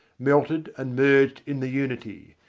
melted and merged in the unity,